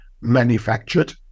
manufactured